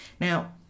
Now